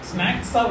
Snacks